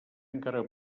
encara